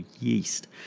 yeast